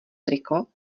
triko